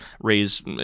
raise